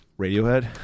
Radiohead